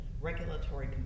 Regulatory